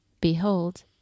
Behold